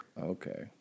Okay